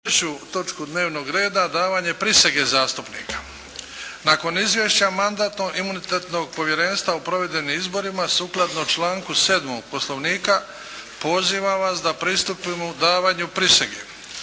3. točku dnevnog reda. 3. Davanje prisege zastupnika Nakon izvješća Mandatno-imunitetnog povjerenstva o provedenim izborima sukladno članku 7. Poslovnika pozivam vas da pristupimo davanju prisege.